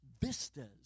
vistas